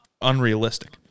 unrealistic